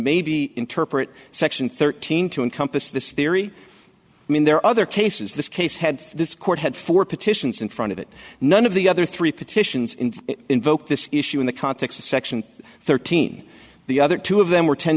maybe interpret section thirteen to encompass this theory i mean there are other cases this case had this court had four petitions in front of it none of the other three petitions invoked this issue in the context of section thirteen the other two of them were